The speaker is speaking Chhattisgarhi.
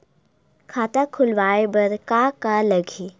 खाता खुलवाय बर का का लगही?